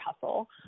hustle